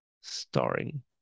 starring